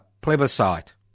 plebiscite